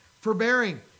forbearing